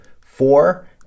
four